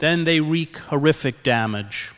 then they wreak horrific damage